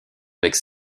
avec